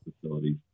facilities